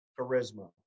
charisma